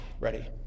ready